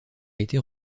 été